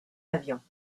avions